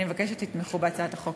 אני מבקשת שתתמכו בהצעת החוק.